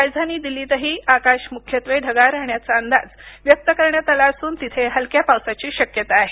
राजधानी दिल्लीतही आकाश मुख्यत्वे ढगाळ राहण्याचा अंदाज व्यक्त करण्यात आला असून तिथे हलक्या पावसाची शक्यता आहे